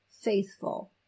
faithful